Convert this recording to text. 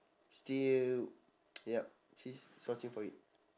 still yup still searching for it